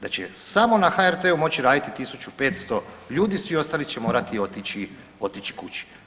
Da će samo na HRT-u moći raditi 1500 ljudi, svi ostali će morati otići kući.